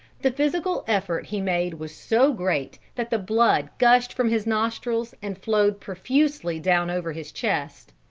the physical effort he made was so great that the blood gushed from his nostrils, and flowed profusely down over his chest.